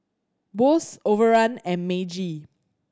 Bose Overrun and Meiji